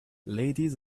ladies